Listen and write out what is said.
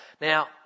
now